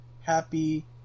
happy